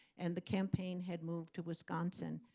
and the campaign had moved to wisconsin.